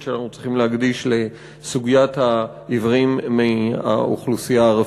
שאנחנו צריכים להקדיש לסוגיית העיוורים מהאוכלוסייה הערבית.